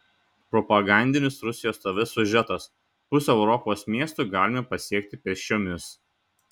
propagandinis rusijos tv siužetas pusę europos miestų galime pasiekti pėsčiomis